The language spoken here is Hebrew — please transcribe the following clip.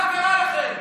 מה קרה לכם?